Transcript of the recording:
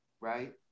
right